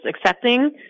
accepting